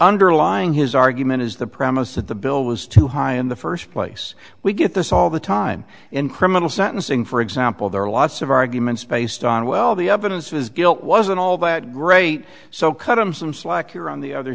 underlying his argument is the premise that the bill was too high in the first place we get this all the time in criminal sentencing for example there are lots of arguments based on well the evidence of his guilt wasn't all that great so cut him some slack here on the other